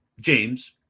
James